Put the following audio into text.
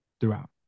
throughout